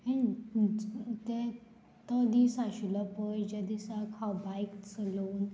ते तो दीस आशिल्लो पळय ज्या दिसाक हांव बायक चलोवन